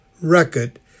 record